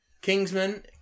Kingsman